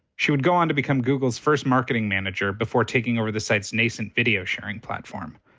she would go on to become google's first marketing manager before taking over the site's nascent video sharing platform.